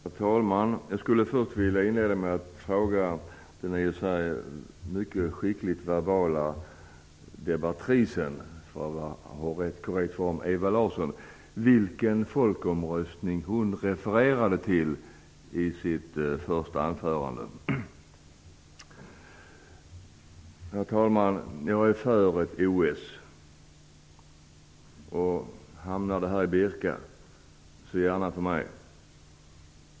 Herr talman! Jag skulle vilja inleda med att fråga den verbalt mycket skickliga debatrisen - för att använda korrekt form - Ewa Larsson vilken folkomröstning hon refererade till i sitt första anförande. Herr talman! Jag är för ett OS. Hamnar det här i Birka, så gärna för mig.